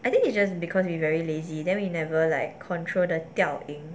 I think is just because we very lazy then we never like control the 调音